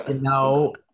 no